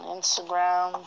Instagram